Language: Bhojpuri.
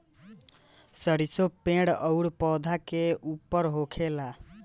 सरीसो पेड़ अउरी पौधा के ऊपर होखेला